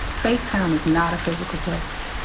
faithtown is not a physical place.